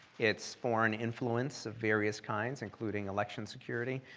it's foreign influence of various kinds including election security.